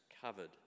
covered